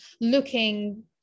looking